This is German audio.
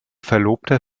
verlobter